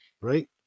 right